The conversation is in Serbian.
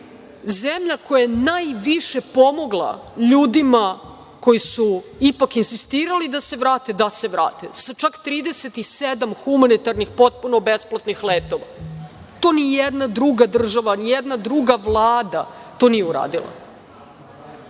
zemlja koja je najviše pomogla ljudima koji su ipak insistirali da se vrate sa čak 37 humanitarnih, gotovo besplatnih letova. To nijedna druga država, nijedna druga Vlada to nije uradila. Dakle,